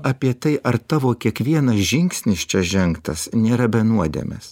apie tai ar tavo kiekvienas žingsnis čia žengtas nėra be nuodėmės